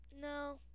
no